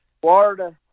Florida